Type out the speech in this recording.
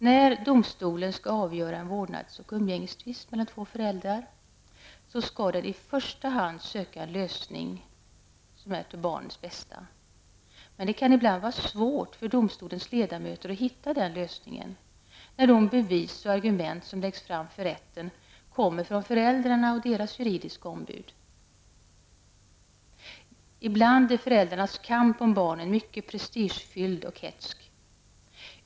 När domstolen skall avgöra en vårdnads och umgängestvist mellan två föräldrar, skall den i första hand söka en lösning som är till barnets bästa. Men det kan ibland vara svårt för domstolens ledamöter att hitta den lösningen, när de bevis och argument som läggs fram för rätten kommer från föräldrarna och deras juridiska ombud. Ibland är föräldrarnas kamp om barnen mycket prestigefylld och hätsk.